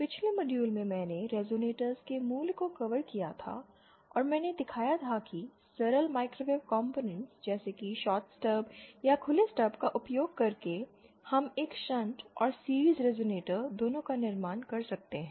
पिछले मॉड्यूल में मैंने रिजोनेटर्स के मूल को कवर किया था और मैंने दिखाया था कि सरल माइक्रोवेव कंपोनेंट्स जैसे कि शॉट स्टब या खुले स्टब का उपयोग करके हम एक शंट और सीरिज़ रेज़ोनेटर दोनों का निर्माण कर सकते हैं